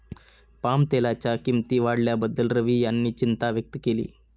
पामतेलाच्या किंमती वाढल्याबद्दल रवी यांनी चिंता व्यक्त केली